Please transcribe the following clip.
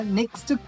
next